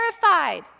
terrified